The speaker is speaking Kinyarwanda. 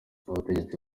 abategetsi